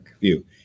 view